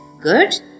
Good